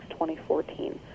2014